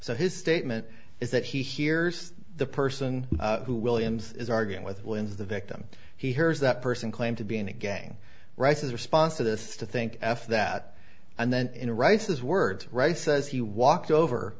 so his statement is that he hears the person who williams is arguing with wins the victim he hears that person claim to be in a gang rice's response to this to think f that and then in a rice's words wright says he walked over